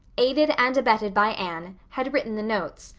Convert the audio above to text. aided and abetted by anne had written the notes,